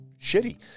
shitty